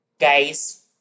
guys